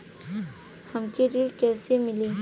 हमके ऋण कईसे मिली?